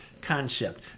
concept